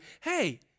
Hey